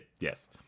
yes